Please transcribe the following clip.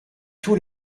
tout